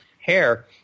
hair